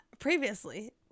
previously